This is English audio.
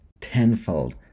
tenfold